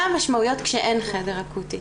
מה המשמעויות כשאין חדר אקוטי.